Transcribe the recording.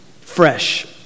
fresh